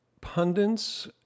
pundits